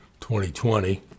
2020